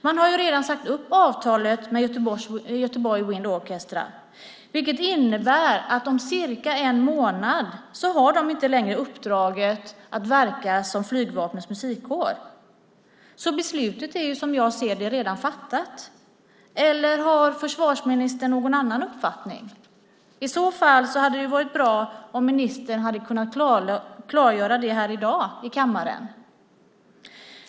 Man har ju redan sagt upp avtalet med Göteborg Wind Orchestra, vilket innebär att om cirka en månad har de inte längre uppdraget att verka som Flygvapnets musikkår. Beslutet är, som jag ser det, redan fattat. Eller har försvarsministern någon annan uppfattning? I så fall hade det varit bra om ministern hade kunnat klargöra det här i dag i kammaren.